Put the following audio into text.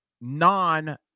non